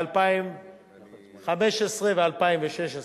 2015 ו-2016.